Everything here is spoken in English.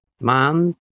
man